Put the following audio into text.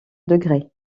degrés